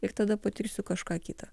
ir tada patirsiu kažką kita